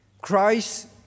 Christ